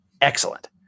excellent